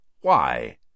Why